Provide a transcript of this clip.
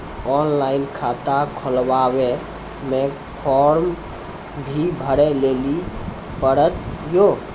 Online खाता खोलवे मे फोर्म भी भरे लेली पड़त यो?